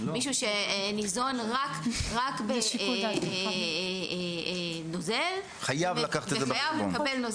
מישהו שניזון רק מנוזל --- חייב לקחת את זה בחשבון.